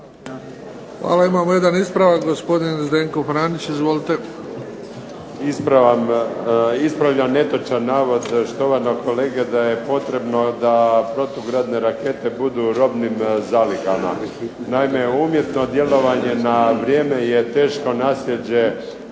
Hvala. Imamo jedan ispravak. Gospodin Zdenko Franić, izvolite. **Franić, Zdenko (SDP)** Ispravljam netočan navod štovanog kolege da je potrebno da protugradne rakete budu u robnim zalihama. Naime, umjesto djelovanje na vrijeme je teško naslijeđe